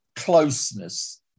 Closeness